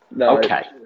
Okay